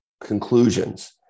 conclusions